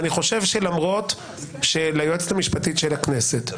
אני חושב שלמרות שליועצת המשפטית של הכנסת,